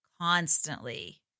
constantly